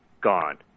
gone